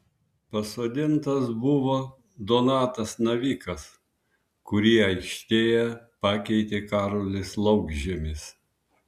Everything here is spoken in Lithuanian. pasodintas buvo donatas navikas kurį aikštėje pakeitė karolis laukžemis